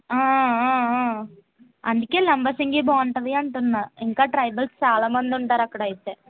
ఆ అందుకే లంబసింగి బాగుంటుంది అంటున్నా ఇంకా ట్రైబల్స్ చాలా మంది ఉంటారు అక్కడైతే